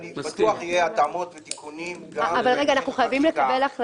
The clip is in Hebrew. אני חושבת שגם אין לנו זמן